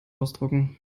ausdrucken